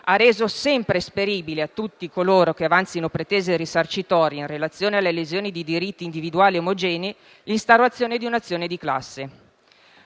ha reso sempre esperibile a tutti coloro che avanzino pretese risarcitorie, in relazione alla lesione di diritti individuali omogenei, l'instaurazione di una azione di classe.